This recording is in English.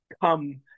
come